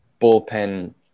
bullpen